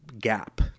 gap